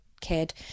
kid